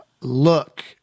look